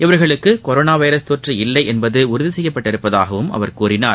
இவர்களுக்கு corona virus தொற்று இல்லை என்பது உறுதி செய்யப்பட்டுள்ளதாகவும் அவர் கூறினார்